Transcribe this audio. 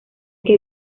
que